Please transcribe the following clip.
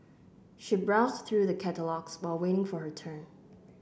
she browsed through the catalogues while waiting for her turn